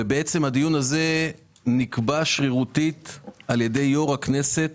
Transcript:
הדיון הזה נקבע שרירותית על ידי יושב-ראש הכנסת